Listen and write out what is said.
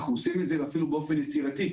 ואפילו באופן יצירתי,